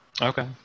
Okay